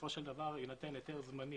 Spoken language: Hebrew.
בסופו של דבר יינתן היתר זמני